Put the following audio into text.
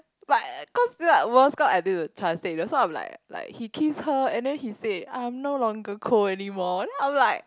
but cause I need to translate that's why I'm like like he kissed her then he said I'm no longer cold anymore then I'm like